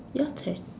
your turn